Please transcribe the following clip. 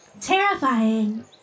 Terrifying